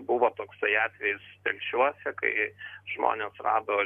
buvo toksai atvejis telšiuose kai žmonės rado